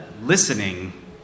listening